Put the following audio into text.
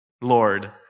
Lord